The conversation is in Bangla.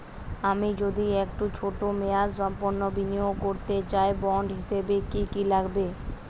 আমি যদি একটু ছোট মেয়াদসম্পন্ন বিনিয়োগ করতে চাই বন্ড হিসেবে কী কী লাগবে?